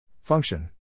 Function